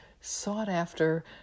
sought-after